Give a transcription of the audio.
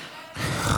אדוני היושב-ראש.